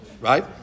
right